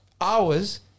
hours